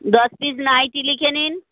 দশ piece nightie লিখে নিন